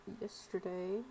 Yesterday